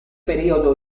periodo